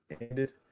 ended